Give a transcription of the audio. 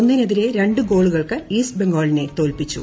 ഒന്നിനെതിരെ രണ്ട് ഗോളുകൾക്ക് ഈസ്റ്റ് ബംഗാളിനെ തോൽപ്പിച്ചു